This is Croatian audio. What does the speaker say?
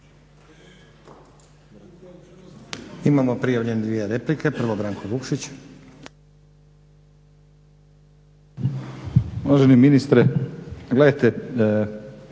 Imamo prijavljene dvije replike. Prvo Branko Vukšić. **Vukšić, Branko